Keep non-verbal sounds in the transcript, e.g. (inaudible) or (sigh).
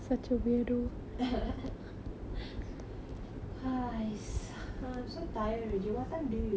(laughs) !hais! I am so tired already what time do you usually sleep